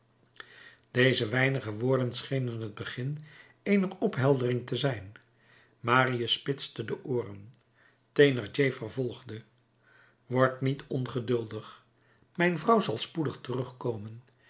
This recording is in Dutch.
deze weinige woorden schenen het begin eener opheldering te zijn marius spitste de ooren thénardier vervolgde word niet ongeduldig mijn vrouw zal spoedig terugkomen